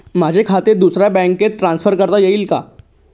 माझे खाते दुसऱ्या बँकेत ट्रान्सफर करता येईल का?